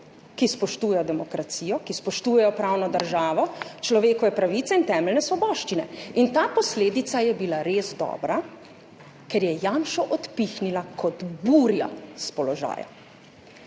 ki spoštujejo demokracijo, ki spoštujejo pravno državo, človekove pravice in temeljne svoboščine. In ta posledica je bila res dobra, ker je Janšo odpihnila kot burja s položaja.